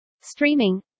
Streaming